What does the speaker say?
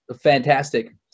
fantastic